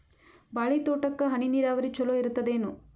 ಬಾಳಿ ತೋಟಕ್ಕ ಹನಿ ನೀರಾವರಿ ಚಲೋ ಇರತದೇನು?